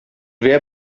wer